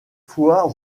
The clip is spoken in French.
fois